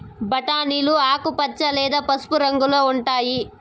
బఠానీలు ఆకుపచ్చ లేదా పసుపు రంగులో ఉంటాయి